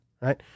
Right